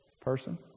person